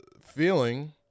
feeling